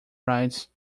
rights